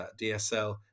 DSL